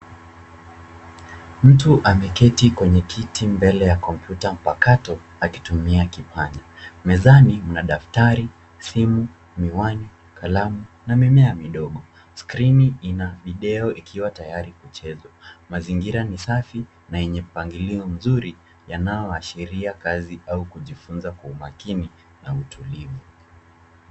Mtu ameketi kwenye kiti mbele ya kompyuta mpakato akitumia kipanya. Mezani mna daftari , simu , miwani, kalamu na mimea midogo. Skrini ina video ikiwa tayari kuchezwa. Mazingira ni safi na yenye mpangilio mzuri yanayoashiria kazi au kujifunza kwa umakini na utulivu.